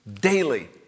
Daily